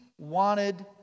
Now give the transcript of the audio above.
wanted